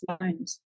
loans